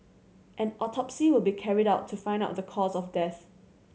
an autopsy will be carried out to find out the cause of death